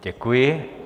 Děkuji.